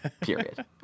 period